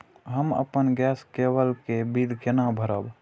हम अपन गैस केवल के बिल केना भरब?